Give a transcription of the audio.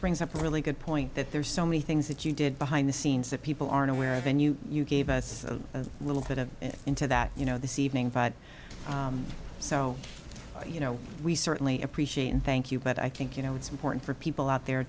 brings up a really good point that there's so many things that you did behind the scenes that people aren't aware of and you gave us a little bit of into that you know this evening so you know we certainly appreciate and thank you but i think you know it's important for people out there